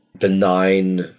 benign